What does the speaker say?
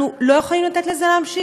אנחנו לא יכולים לתת לזה להימשך.